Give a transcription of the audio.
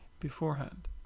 beforehand